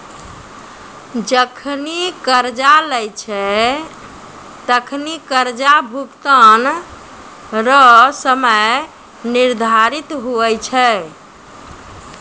जखनि कर्जा लेय छै तखनि कर्जा भुगतान रो समय निर्धारित हुवै छै